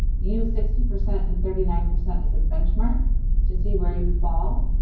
use sixty percent and thirty nine percent as a benchmark to see where you fall.